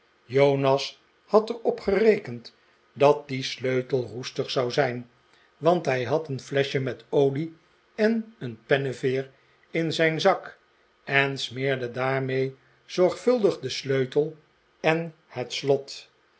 jonas had er op gerekend dat die sleutel roestig zou zijn want hij had een fleschje met olie en een penneveer in zijn zak en smeerde daarmee zorgvuldig den sleutel en het slot